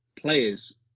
players